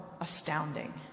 astounding